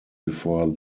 before